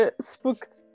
spooked